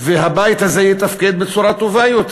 והבית הזה יתפקד בצורה טובה יותר.